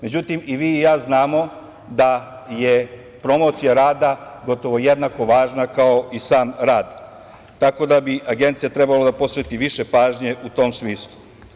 Međutim, i vi i ja znamo da je promocija rada gotovo jednako važna kao i sam rad, tako da bi Agencija trebalo da posveti više pažnje u tom smislu.